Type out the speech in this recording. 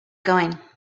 going